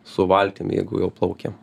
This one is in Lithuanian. su valtim jeigu jau plauki